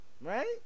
Right